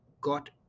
got